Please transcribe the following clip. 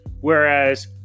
Whereas